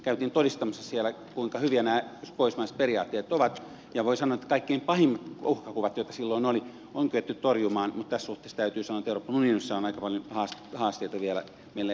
kävimme todistamassa siellä kuinka hyviä nämä pohjoismaiset periaatteet ovat ja voin sanoa että kaikkein pahimmat uhkakuvat joita silloin oli on kyetty torjumaan mutta tässä suhteessa täytyy sanoa että euroopan unionissa on aika paljon haasteita vielä meillä edessä